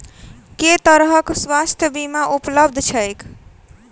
केँ तरहक स्वास्थ्य बीमा उपलब्ध छैक?